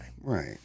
Right